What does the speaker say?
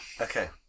Okay